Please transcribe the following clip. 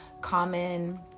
Common